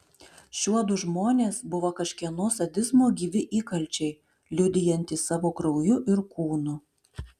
šiuodu žmonės buvo kažkieno sadizmo gyvi įkalčiai liudijantys savo krauju ir kūnu